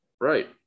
Right